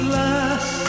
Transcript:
last